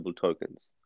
tokens